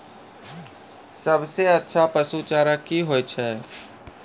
सबसे अच्छा पसु चारा की होय छै?